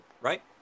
right